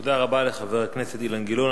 תודה רבה לחבר הכנסת אילן גילאון.